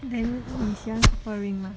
then 你喜欢 Super Ring mah